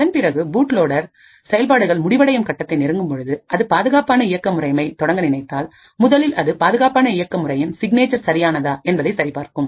அதன் பிறகு பூட்லோடேர்செயல்பாடுகள் முடிவடையும் கட்டத்தை நெருங்கும் பொழுதுஅது பாதுகாப்பான இயக்க முறையை தொடங்க நினைத்தால் முதலில் அது பாதுகாப்பான இயக்க முறையின் சிக்னேச்சர் சரியானதா என்பதை சரிபார்க்கும்